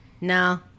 No